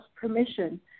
permission